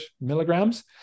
milligrams